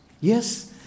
Yes